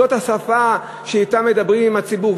זאת השפה שבה מדברים עם הציבור,